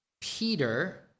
Peter